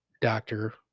doctor